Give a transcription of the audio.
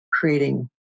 creating